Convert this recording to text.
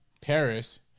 Paris